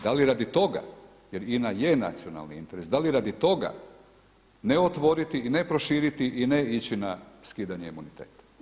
Da li radi toga jer INA je nacionalni interes, da li radi toga ne otvoriti i ne proširiti i ne ići na skidanje imuniteta?